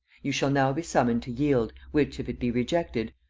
you shall now be summoned to yield, which if it be rejected,